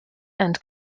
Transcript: and